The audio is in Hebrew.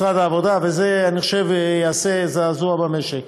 משרד העבודה, אני חושב, יעשה בזה זעזוע במשק.